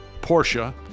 Porsche